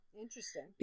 Interesting